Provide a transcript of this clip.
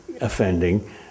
offending